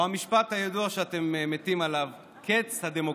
או המשפט הידוע שאתם מתים עליו, קץ הדמוקרטיה.